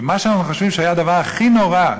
שמה שאנחנו חושבים שהיה הדבר הכי נורא,